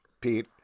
Pete